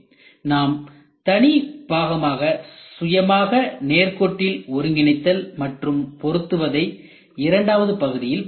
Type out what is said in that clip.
நாம் தனி பாகத்தை சுயமாக நேர்கோட்டில் ஒருங்கிணைத்தல் மற்றும் பொருத்துவதை இரண்டாவது பகுதியில் பார்த்தோம்